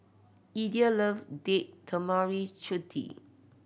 Idell love Date Tamarind Chutney